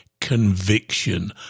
conviction